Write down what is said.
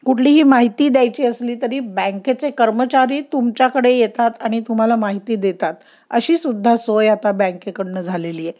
कुठलीही माहिती द्यायची असली तरी बँकेचे कर्मचारी तुमच्याकडे येतात आणि तुम्हाला माहिती देतात अशी सुद्धा सोय आता बँकेकडून झालेली आहे